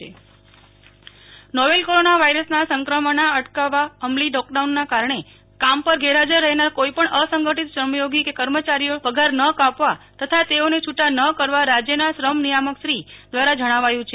નેહલ ઠક્કર અસંગઠિત કામદારો novel corona વાઈરસના સંક્રમણના અટકાવવા અમલી લોકડાનના કારણે કામ પર ગેરહાજર રહેનાર કોઈપણ અસંગઠિત શ્રમયોગી કે કર્મચારીઓના પગાર ન કાપવા તથાેઓને છૂટા ન કરવા રાજ્યના શ્રમ નિયામકશ્રી દ્વારા જણાવાયું છે